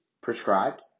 prescribed